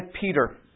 Peter